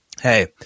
Hey